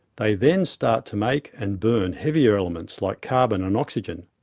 they then start to make and burn heavier elements, like carbon and oxygen.